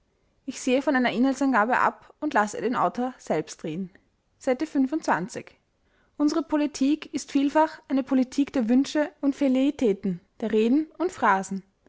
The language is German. ich sehe von einer inhaltsangabe ab und lasse den autor selbst reden seite unsere politik ist vielfach eine politik der wünsche und velleitäten der reden und phrasen